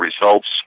results